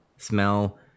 Smell